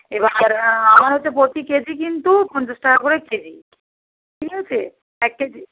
এবার আমার হচ্ছে প্রতি কেজি কিন্তু পঞ্চাশ টাকা করে কেজি ঠিক আছে এক কেজি